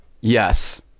Yes